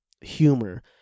humor